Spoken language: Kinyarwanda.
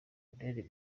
lionel